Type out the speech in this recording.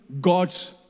God's